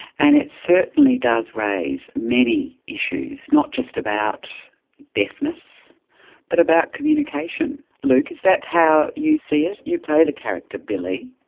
and it certainly does raise many issues. not just about deafness but about communication, luke, is that how you see it? you play the character billy.